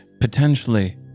Potentially